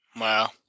Wow